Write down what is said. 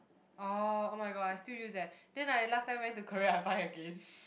orh oh-my-god I still use that then like last time I went to Korea I buy again